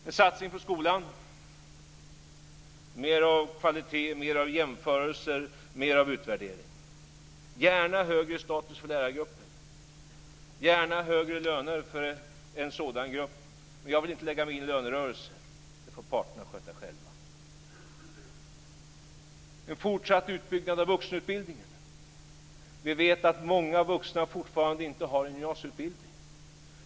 Vi vill också satsa på skolan, så att det blir mer av kvalitet och jämförelser, mer av utvärdering. Jag ser gärna högre status och högre löner för lärargruppen, men jag vill inte lägga mig i lönerörelsen, den får parterna sköta själva. Vi ska fortsätta att bygga ut vuxenutbildningen. Vi vet att många vuxna fortfarande inte har gymnasieutbildning.